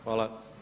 Hvala.